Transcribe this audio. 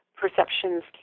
perceptions